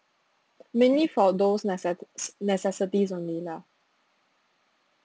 mainly for those nece~ necessities only lah